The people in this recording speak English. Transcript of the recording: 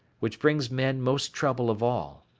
which brings men most trouble of all.